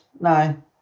No